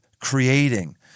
creating